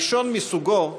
ראשון מסוגו,